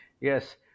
yes